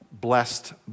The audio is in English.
blessed